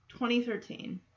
2013